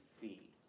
fee